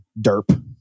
derp